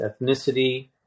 ethnicity